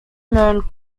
known